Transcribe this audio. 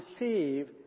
receive